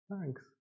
Thanks